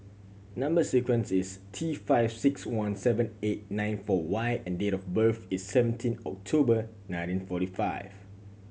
number sequence is T five six one seven eight nine four Y and date of birth is seventeen October nineteen forty five